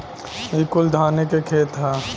ई कुल धाने के खेत ह